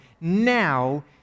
now